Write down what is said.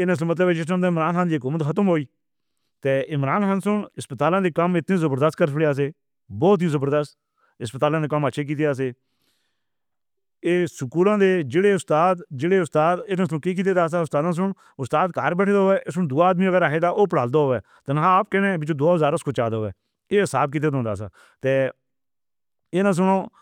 ایہناں سب مطلب جتنے بھی ہو گئے ختم ہوئی تو عمران خان۔ ہسپتالاں دے کم اِتنے زبردست کر رہے سن، بہت ہی زبردست ہسپتالاں نے کم اچھے کیتے سن۔ ایہ سکولاں دے جیڑے اُستاد، جیڑے اُستاد کیتے داسا اُستاد صاحب اُستاد کار بیٹھے ہوئے۔ دو آدمی اگر ایسا پڑھا دو اے۔ تنہا آپ کہنا وی تو ذرا سوچو اے۔ ایہ صاحب دی طاقت اے یہ سنو